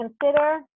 consider